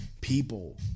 people